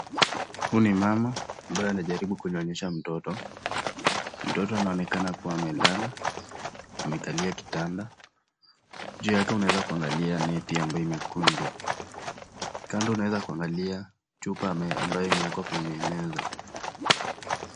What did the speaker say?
Huyu ni mama ambaye anajaribu kunyonyesha mtoto, mtoto anaonekana kuwa amelala ,amekalia kitanda, juu yake unaeza kuangalia neti ambayo imekujwa .Kando unaeza kuangalia chupa ambaye imeekwa kwenye meza.